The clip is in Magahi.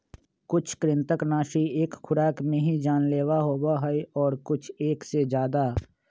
कुछ कृन्तकनाशी एक खुराक में ही जानलेवा होबा हई और कुछ एक से ज्यादा